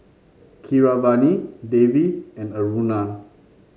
Keeravani Devi and Aruna